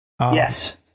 Yes